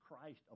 Christ